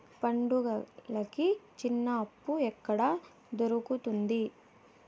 పండుగలకి చిన్న అప్పు ఎక్కడ దొరుకుతుంది